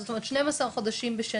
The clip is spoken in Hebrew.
זאת אומרת 12 חודשים בשנה,